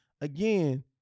again